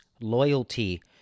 loyalty